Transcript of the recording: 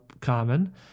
common